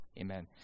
Amen